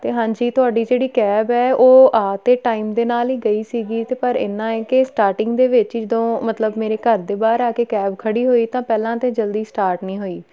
ਅਤੇ ਹਾਂਜੀ ਤੁਹਾਡੀ ਜਿਹੜੀ ਕੈਬ ਹੈ ਉਹ ਆ ਤਾਂ ਟਾਈਮ ਦੇ ਨਾਲ ਹੀ ਗਈ ਸੀਗੀ ਅਤੇ ਪਰ ਇੰਨਾ ਹੈ ਕਿ ਸਟਾਰਟਿੰਗ ਦੇ ਵਿੱਚ ਹੀ ਜਦੋਂ ਮਤਲਬ ਮੇਰੇ ਘਰ ਦੇ ਬਾਹਰ ਆ ਕੇ ਕੈਬ ਖੜੀ ਹੋਈ ਤਾਂ ਪਹਿਲਾਂ ਤਾਂ ਜਲਦੀ ਸਟਾਰਟ ਨਹੀਂ ਹੋਈ